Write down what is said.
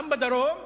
גם בדרום,